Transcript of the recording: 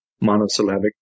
monosyllabic